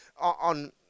on